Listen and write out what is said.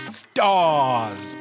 stars